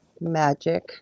Magic